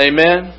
Amen